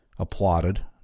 Applauded